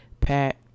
Pat